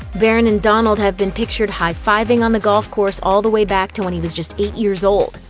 barron and donald have been pictured high-fiving on the golf course all the way back to when he was just eight years old.